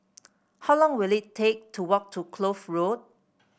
how long will it take to walk to Kloof Road